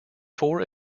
four